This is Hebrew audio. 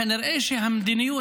כנראה שהמדיניות,